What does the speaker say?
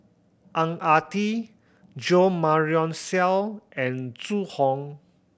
Ang Ah Tee Jo Marion Seow and Zhu Hong